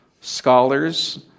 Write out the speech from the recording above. scholars